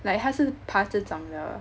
like 他是爬这种的